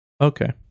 Okay